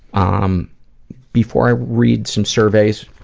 ah um before i read some surveys,